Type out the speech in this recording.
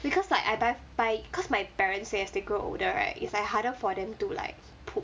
because like I buy buy cause my parents say as they grow older right is like harder for them to like poop